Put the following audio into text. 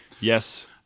Yes